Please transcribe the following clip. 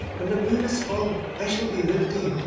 when the moon is full i shall be with thee,